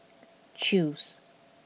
Chew's